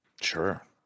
Sure